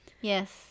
Yes